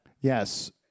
Yes